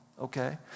okay